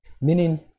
meaning